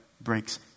breaks